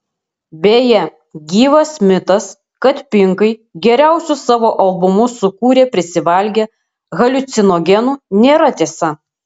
beje gyvas mitas kad pinkai geriausius savo albumus sukūrė prisivalgę haliucinogenų nėra tiesa